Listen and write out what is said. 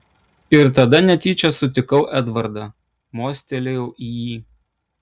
ir tada netyčia sutikau edvardą mostelėjau į jį